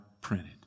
printed